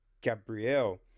Gabrielle